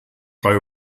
drei